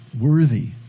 worthy